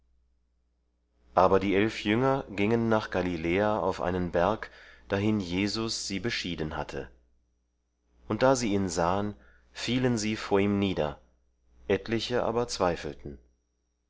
aber die elf jünger gingen nach galiläa auf einen berg dahin jesus sie beschieden hatte und da sie ihn sahen fielen sie vor ihm nieder etliche aber zweifelten